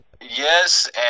Yes